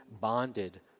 bonded